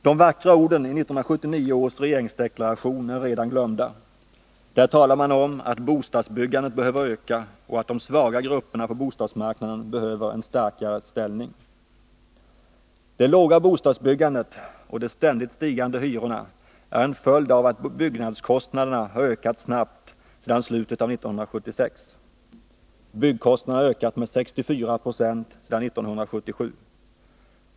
De vackra orden i 1979 års regeringsdeklaration är redan glömda. Där talar man om att bostadsbyggandet behöver öka och att de svaga grupperna på bostadsmarknaden behöver en starkare ställning. Det låga bostadsbyggandet och de ständigt stigande hyrorna är en följd av att byggnadskostnaderna har ökat snabbt sedan slutet av 1976. Byggkostnaderna har ökat med 64 26 sedan 1977.